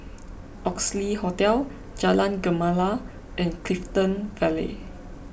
Oxley Hotel Jalan Gemala and Clifton Vale